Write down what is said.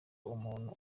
umuntu